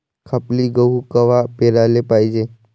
खपली गहू कवा पेराले पायजे?